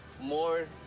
more